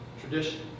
tradition